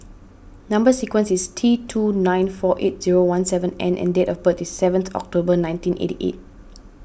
Number Sequence is T two nine four eight zero one seven N and date of birth is seventh October nineteen eighty eight